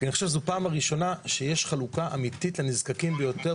אני חושב שזו הפעם הראשונה שיש חלוקה אמיתית לנזקקים ביותר,